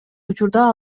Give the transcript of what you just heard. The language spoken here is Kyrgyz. учурда